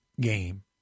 Game